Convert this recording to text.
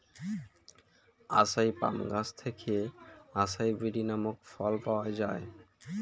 আসাই palm গাছ থেকে acai berry নামক ফল পাওয়া যায়